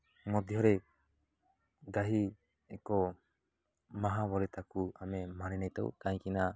ମଧ୍ୟରେ ଗାଈ ଏକ ମହାବଳି ତାକୁ ଆମେ ମାନି ନେଇଥାଉ କାହିଁକିନା